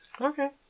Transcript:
Okay